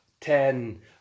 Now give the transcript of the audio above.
ten